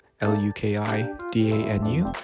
L-U-K-I-D-A-N-U